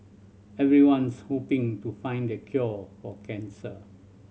everyone's hoping to find the cure for cancer